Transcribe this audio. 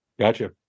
Gotcha